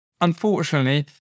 unfortunately